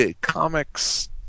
Comics